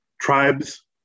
Tribes